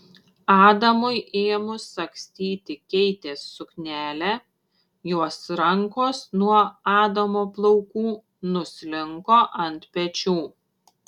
adamui ėmus sagstyti keitės suknelę jos rankos nuo adamo plaukų nuslinko ant pečių